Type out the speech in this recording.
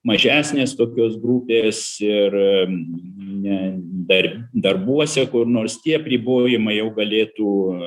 mažesnės tokios grupės ir ne dar darbuose kur nors tie apribojimai jau galėtų